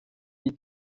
iyi